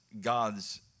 God's